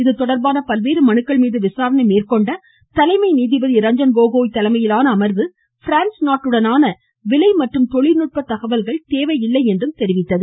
இதுதொடர்பான பல்வேறு மனுக்கள்மீது விசாரணை மேற்கொண்ட தலைமை நீதிபதி ரஞ்சன் கோகோய் தலைமையிலான அமர்வு பிரான்ஸ் நாட்டுடனான விலை மற்றும் தொழில்நுட்ப தகவல்கள் தேவையில்லை என்றும் கூறியுள்ளது